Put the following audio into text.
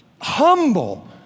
humble